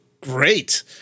great